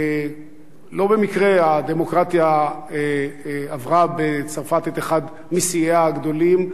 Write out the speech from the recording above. לא במקרה הדמוקרטיה עברה בצרפת את אחד משיאיה הגדולים,